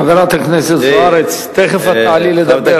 חברת הכנסת זוארץ, תיכף את תעלי לדבר.